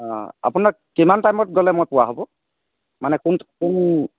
অ আপোনাক কিমান টাইমত গ'লে মই পোৱা হ'ব মানে কোন কোন